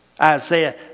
Isaiah